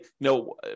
no